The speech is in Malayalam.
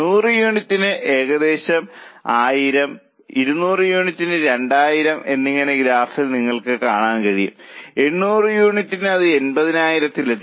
100 യൂണിറ്റിന് ഏകദേശം 1000 200 യൂണിറ്റിന് 20000 എന്നിങ്ങനെയാണ് ഗ്രാഫിൽ നിന്ന് നിങ്ങൾക്ക് കാണാൻ കഴിയുന്നത് 800 യൂണിറ്റിന് അത് 80000 ൽ എത്തി